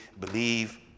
believe